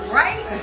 right